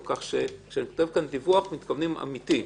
כך שכשאני כותב כאן "דיווח" מתכוונים באמת.